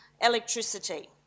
electricity